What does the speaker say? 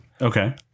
okay